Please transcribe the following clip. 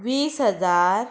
वीस हजार